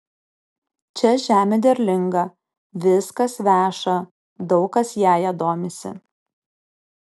čia žemė derlinga viskas veša daug kas jąja domisi